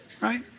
right